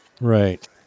Right